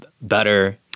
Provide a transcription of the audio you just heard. better